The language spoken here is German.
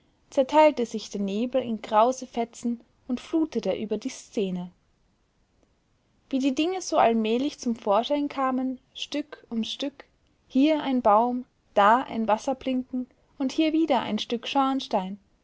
zerteilte sich der nebel in krause fetzen und flutete über die szene wie die dinge so allmählich zum vorschein kamen stück um stück hier ein baum da ein wasserblinken und hier wieder ein stück schornstein